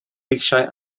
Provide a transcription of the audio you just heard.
eisiau